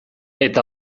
eta